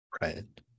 Right